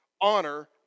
Honor